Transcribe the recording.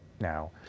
now